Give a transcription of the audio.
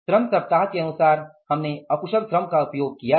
श्रम सप्ताह के अनुसार हमने अकुशल श्रम का उपयोग किया है